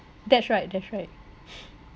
that's right that's right